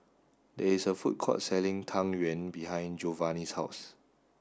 there is a food court selling Tang Yuen behind Jovanni's house